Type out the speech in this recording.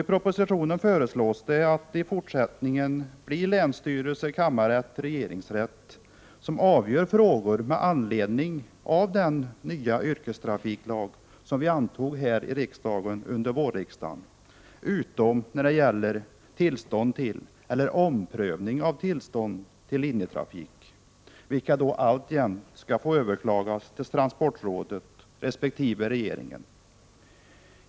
I propositionen föreslås att det i fortsättningen blir länsstyrelsen-kammarrätten-regeringsrätten som avgör frågor med anledning av den nya yrkestrafiklag som vi antog under vårriksdagen, utom när det gäller tillstånd till eller omprövning av tillstånd till linjetrafik, vilka alltjämt skall få överklagas hos transportrådet resp. regeringen.